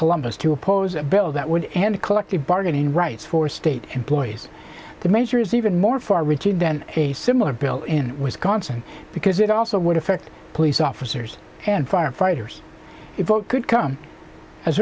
columbus to oppose a bill that would end collective bargaining rights for state employees the measure is even more far reaching than a similar bill in wisconsin because it also would affect police officers and firefighters if what could come as